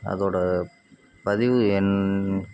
அதோடய பதிவு எண்